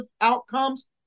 outcomes